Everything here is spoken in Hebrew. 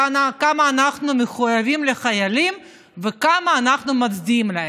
כמה אנחנו מחויבים לחיילים וכמה אנחנו מצדיעים להם.